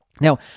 Now